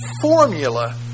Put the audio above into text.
formula